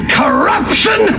corruption